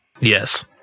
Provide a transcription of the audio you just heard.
Yes